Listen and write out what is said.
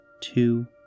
two